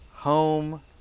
Home